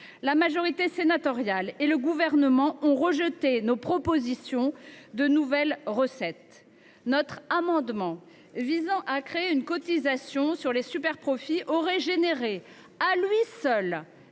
la majorité sénatoriale et le Gouvernement ont rejeté nos propositions de nouvelles recettes. Notre amendement visant à créer une cotisation sur les superprofits aurait rapporté à lui seul